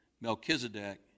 Melchizedek